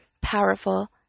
powerful